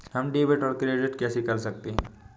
हम डेबिटऔर क्रेडिट कैसे कर सकते हैं?